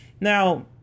Now